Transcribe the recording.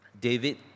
David